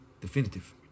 definitive